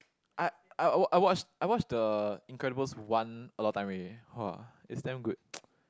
I I I watch I watch the Incredibles One a lot time already !wah! it's damn good